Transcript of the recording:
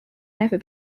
never